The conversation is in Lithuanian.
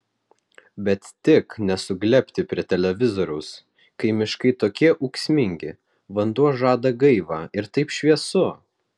bet tik ne suglebti prie televizoriaus kai miškai tokie ūksmingi vanduo žada gaivą ir taip šviesu